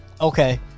Okay